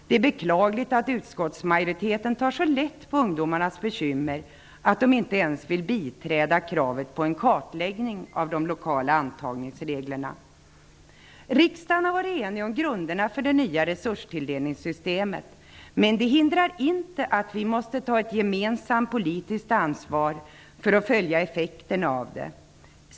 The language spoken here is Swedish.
Det är beklagligt att utskottsmajoriteten tar så lätt på ungdomarnas bekymmer att den inte ens vill biträda kravet på en kartläggning av de lokala antagningsreglerna. Riksdagen har varit enig om grunderna för det nya resurstilldelningssystemet, men det hindrar inte att vi måste ta ett gemensamt politiskt ansvar för att följa effekterna av det.